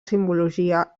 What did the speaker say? simbologia